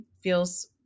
feels